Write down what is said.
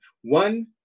one